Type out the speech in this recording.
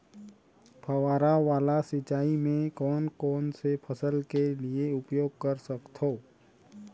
फवारा वाला सिंचाई मैं कोन कोन से फसल के लिए उपयोग कर सकथो?